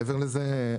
ומעבר לזה,